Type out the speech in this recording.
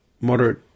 moderate